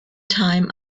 time